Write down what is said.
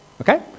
Okay